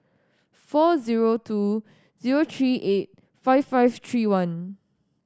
four zero two zero three eight five five three one